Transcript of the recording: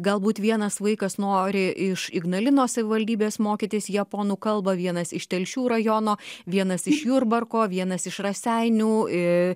galbūt vienas vaikas nori iš ignalinos savivaldybės mokytis japonų kalbą vienas iš telšių rajono vienas iš jurbarko vienas iš raseinių ir